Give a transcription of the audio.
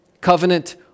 covenant